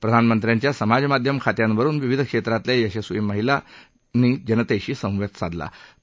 प्रधानमंत्र्यांच्या समाजमाध्यम खात्यांवरुन विविध क्षेत्रातल्या यशस्वी महिला जनतेशी संवाद साधत आहेत